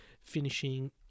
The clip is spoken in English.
finishing